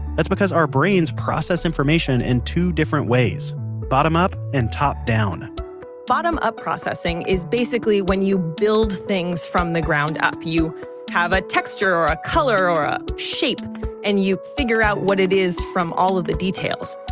that's because our brains processes information in two different ways bottom up, and top down bottom up processing is basically when you build things from the ground up, you have a texture or a color or a shape and you kind of figure out what it is from all of the details.